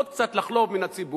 עוד קצת לחלוב מן הציבור,